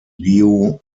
liu